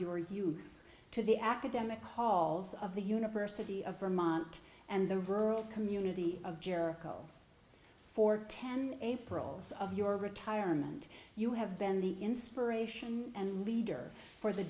your youth to the academic halls of the university of vermont and the rural community of jericho for ten aprils of your retirement you have been the inspiration and leader for the